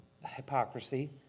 hypocrisy